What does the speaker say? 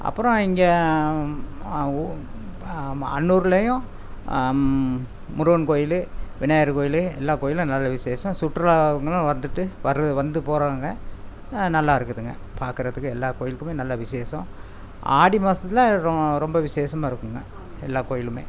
அப்புறோம் இங்கே ஓ மா அன்னூர்லையும் அம் முருகன் கோவிலு விநாயகர் கோவிலு எல்லா கோவிலும் நல்ல விசேஷம் சுற்றுலா அவங்களும் வர்துட்டு வர்ரு வந்து போறவங்க நல்லா இருக்குதுங்க பார்க்கறதுக்கு எல்லா கோவில்க்குமே நல்லா விஷேஷம் ஆடி மாதத்துத்துல ரோ ரொம்ப விஷேஷமாக இருக்குதுங்க எல்லா கோவிலுமே